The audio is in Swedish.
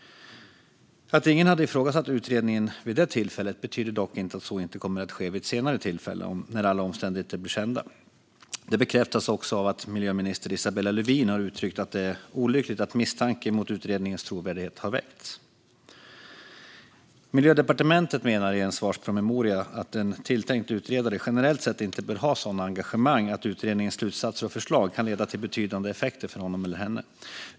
Att ingen hade ifrågasatt utredningen vid det tillfället betyder dock inte att så inte kommer att ske vid ett senare tillfälle när alla omständigheter blir kända. Det bekräftas av att miljöminister Isabella Lövin har uttryckt att det är olyckligt att misstanke mot utredningens trovärdighet har väckts. Miljödepartementet menar i en svarspromemoria att en tilltänkt utredare generellt sett inte bör ha sådana engagemang att utredningens slutsatser och förslag kan leda till betydande effekter för honom eller henne.